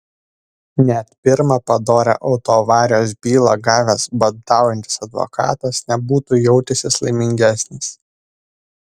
net pirmą padorią autoavarijos bylą gavęs badaujantis advokatas nebūtų jautęsis laimingesnis